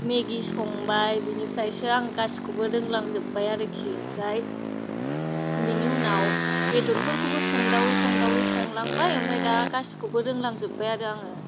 मेगि संबाय बिनिफ्रायसो आं गासिखौबो रोंलां जोबबाय आरोखि ओमफ्राय बिनि उनाव बेदरफोरखौबो संदावयै संदावयै संलांबाय ओमफाय दा गासिखौबो रोंलांजोबबाय आरो आङो